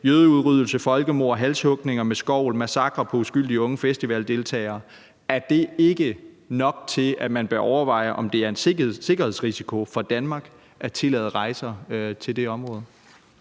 jødeudryddelse, folkemord, halshugninger med skovl og massakrer på uskyldige unge festivaldeltagerne. Er det ikke nok til, at man bør overveje, om det er en sikkerhedsrisiko for Danmark at tillade rejser til det område?